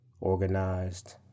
organized